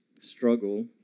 struggle